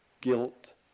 guilt